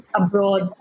abroad